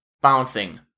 bouncing